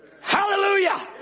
Hallelujah